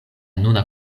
nuna